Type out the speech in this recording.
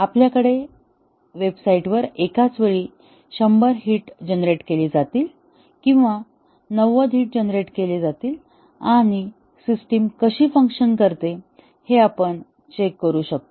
आपल्याकडे वेबसाईटवर एकाच वेळी 100 हिट जनरेट केले जातील किंवा 90 हिट जनरेट केले जातील आणि सिस्टम कशी फंक्शन करते हे आपण चेक करू शकतो